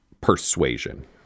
persuasion